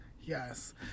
yes